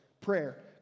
Prayer